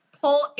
pull